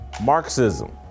Marxism